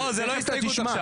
לא, זה לא הסתייגות עכשיו.